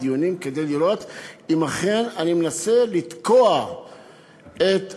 כדי לראות אם אכן אני מנסה לתקוע את החוק,